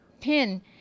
pin